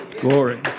Glory